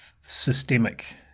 systemic